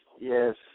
yes